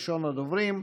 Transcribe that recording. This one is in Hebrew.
ראשון הדוברים.